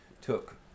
took